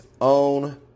own